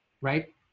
right